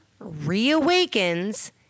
reawakens